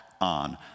on